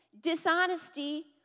Dishonesty